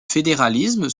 fédéralisme